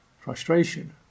frustration